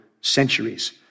centuries